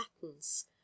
patterns